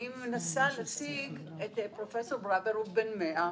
אני מנסה להשיג את פרופ' ברוור, הוא בן 100,